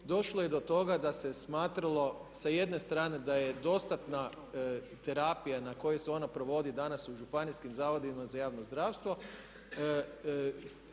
došlo je do toga da se smatralo sa jedne strane da je dostatna terapija na koju se ona provodi danas u županijskim zavodima za javno zdravstvo